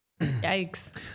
Yikes